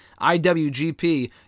IWGP